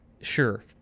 sure